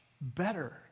better